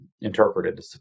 interpreted